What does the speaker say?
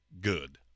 good